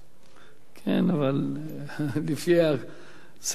אבל לפי סדר-היום והחוקים,